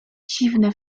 dziwne